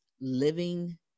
living